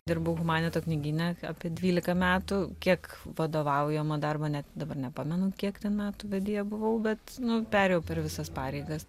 dirbau humanito knygyne apie dvylika metų kiek vadovaujamo darbo net dabar nepamenu kiek metų vedėja buvau bet nu perėjau per visas pareigas